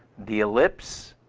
the ellipse,